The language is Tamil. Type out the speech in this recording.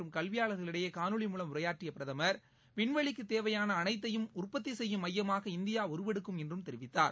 மற்றும் கல்வியாளர்களிடையே காணொலி மூலம் உரையாற்றிய பிரதமர் விண்வெளிக்குத் தேவையான அனைத்தையும் உற்பத்தி செய்யும் மையமாக இந்தியா உருவெடுக்கும் என்றும் தெரிவித்தார்